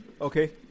Okay